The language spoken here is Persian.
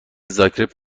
زاگرب